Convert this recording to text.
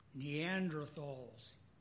Neanderthals